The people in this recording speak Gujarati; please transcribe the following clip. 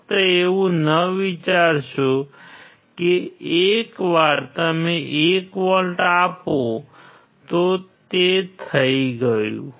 ફક્ત એવું ન વિચારશો કે એકવાર તમે 1 વોલ્ટ આપો તો તે થઈ ગયું